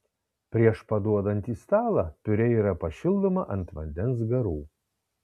prieš paduodant į stalą piurė yra pašildoma ant vandens garų